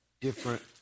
different